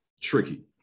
tricky